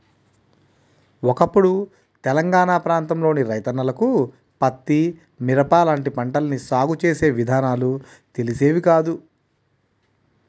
ఒకప్పుడు తెలంగాణా ప్రాంతంలోని రైతన్నలకు పత్తి, మిరప లాంటి పంటల్ని సాగు చేసే విధానాలు తెలిసేవి కాదు